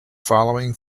following